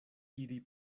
iri